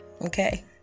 okay